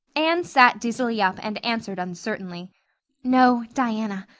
anne sat dizzily up and answered uncertainly no, diana,